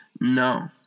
No